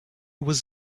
was